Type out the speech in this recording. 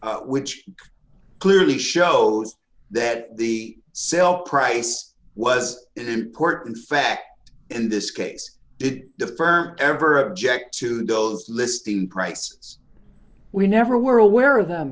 million which clearly shows that the sale price was an important factor in this case it defer ever object to those listing price we never were aware of the